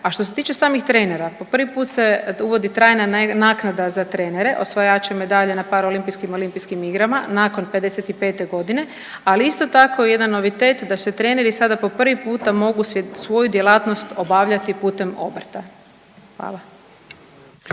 a što se tiče samih trenera, po prvi put se uvodi trajna naknada za trenere, osvajači medalja na paraolimpijskim i olimpijskim igrama, nakon 55. godine, ali isto tako i jedan novitet da će treneri sada po prvi puta mogu svoju djelatnost obavljati putem obrta. Hvala.